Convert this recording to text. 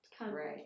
Right